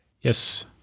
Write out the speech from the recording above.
Yes